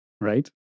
Right